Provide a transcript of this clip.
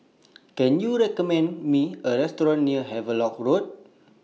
Can YOU recommend Me A Restaurant near Havelock Road